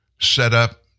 setup